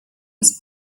was